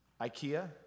Ikea